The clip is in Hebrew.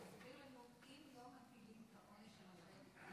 תסביר לנו: אם לא מטילים את העונש על החיות,